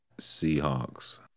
Seahawks